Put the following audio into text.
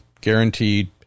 guaranteed